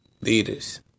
leaders